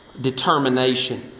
determination